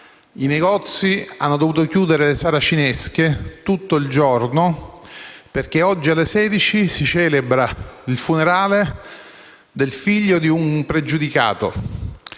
i negozi hanno dovuto chiudere le saracinesche tutto il giorno perché oggi, alle ore 16, si celebrerà il funerale del figlio di un pregiudicato.